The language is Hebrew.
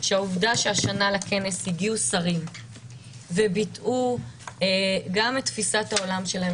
שהעובדה שהשנה לכנס הגיעו שרים וביטאו גם את תפיסת העולם שלהם,